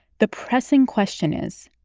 the pressing question is,